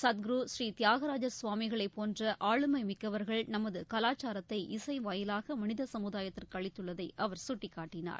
சத்குரு ஸ்ரீதியாகராஜர் சுவாமிகளை போன்ற ஆளுமை மிக்கவர்கள் நமது கலாச்சாரத்தை இசை வாயிலாக மனித சமுதாயத்திற்கு அளித்துள்ளதை அவர் சுட்டிக்காட்டினார்